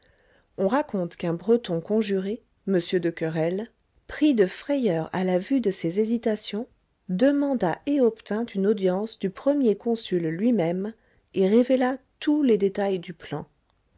on raconte qu'un breton conjuré m de querelles pris de frayeur à la vue de ces hésitations demanda et obtint une audience du premier consul lui-même et révéla tous les détails du plan